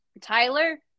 Tyler